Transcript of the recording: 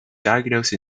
diagnose